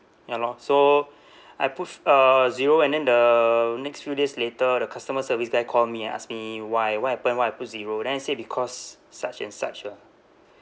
ya lor so I put f~ uh zero and then the next few days later the customer service there call me and ask me why what happened why I put zero then I said because such and such ah